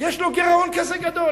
יש לו גירעון כזה גדול.